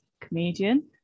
comedian